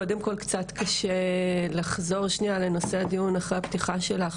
קודם כל זה קצת קשה לחזור שנייה לנושא של הדיון אחרי הפתיחה שלך,